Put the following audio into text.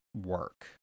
work